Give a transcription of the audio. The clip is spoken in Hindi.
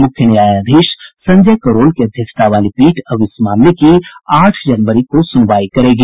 मुख्य न्यायाधीश संजय करोल की अध्यक्षता वाली पीठ अब इस मामले की आठ जनवरी को सुनवाई करेगी